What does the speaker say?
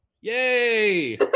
Yay